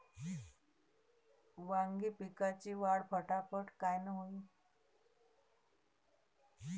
वांगी पिकाची वाढ फटाफट कायनं होईल?